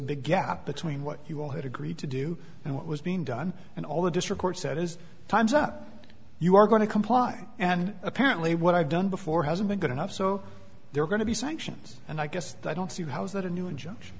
big gap between what you will had agreed to do and what was being done and all the district court said is time's up you are going to comply and apparently what i've done before hasn't been good enough so they're going to be sanctions and i guess i don't see how is that a new injunction